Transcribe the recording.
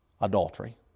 Adultery